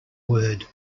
word